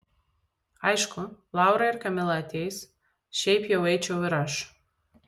aišku laura ir kamila ateis šiaip jau eičiau ir aš